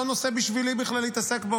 לא נושא בשבילי בכלל להתעסק בו,